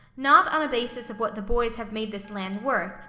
not on a basis of what the boys have made this land worth,